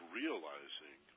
realizing